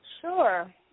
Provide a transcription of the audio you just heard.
Sure